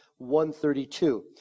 1.32